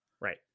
Right